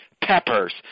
peppers